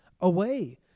away